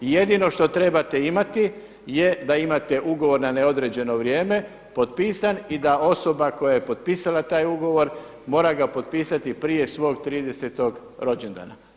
Jedino što trebate imati je da imate ugovor na neodređeno vrijeme potpisan i da osoba koja je potpisala taj ugovor mora ga potpisati prije svog tridesetog rođendana.